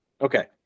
Okay